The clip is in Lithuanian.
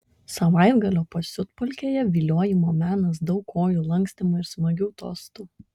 savaitgalio pasiutpolkėje viliojimo menas daug kojų lankstymo ir smagių tostų